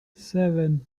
seven